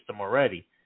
already